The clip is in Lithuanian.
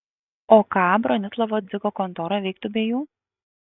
o ką bronislovo dzigo kontora veiktų be jų